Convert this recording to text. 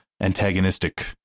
antagonistic